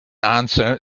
answer